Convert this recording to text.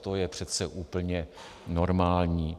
To je přece úplně normální.